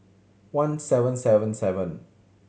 one seven seven seven